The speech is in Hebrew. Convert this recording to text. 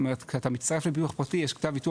זאת אומרת כשאתה מצטרף לביטוח פרטי יש כתב ויתור